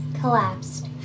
collapsed